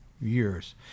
years